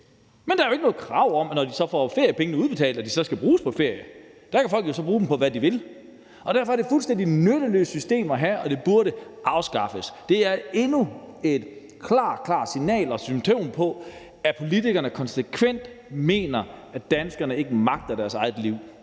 Men der er jo ikke noget krav om, at feriepengene, når de så får dem udbetalt, skal bruges på ferie; der kan folk jo bruge dem på, hvad de vil. Derfor er det et fuldstændig nytteløst system at have, og det burde afskaffes. Det er endnu et klart, klart signal om og symptom på, at politikerne konsekvent mener, at danskerne ikke magter deres eget liv.